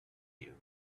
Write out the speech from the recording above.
you